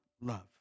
love